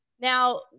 Now